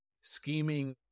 scheming